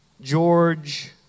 George